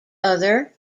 other